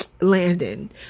landon